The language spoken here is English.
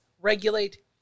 regulate